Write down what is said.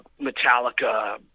Metallica